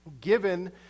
given